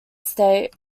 state